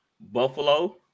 Buffalo